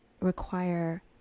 require